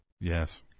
Yes